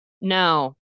no